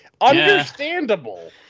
Understandable